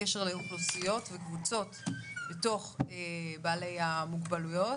בקשר לאוכלוסיות וקבוצות בתוך בעלי המוגבלויות,